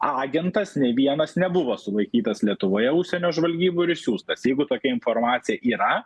agentas nei vienas nebuvo sulaikytas lietuvoje užsienio žvalgybų ir išsiųstas jeigu tokia informacija yra